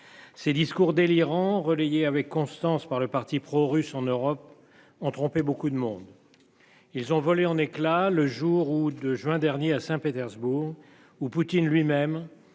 Ces discours délirants relayés avec constance par le parti pro-russe en Europe ont trompé. Beaucoup de monde. Ils ont volé en éclats. Le jour ou de juin dernier à Saint-Petersbourg où Poutine lui-même